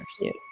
Yes